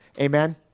Amen